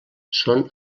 són